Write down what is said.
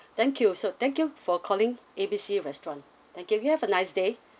thank you so thank you for calling A B C restaurant thank you you have a nice day